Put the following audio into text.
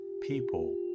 people